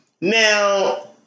Now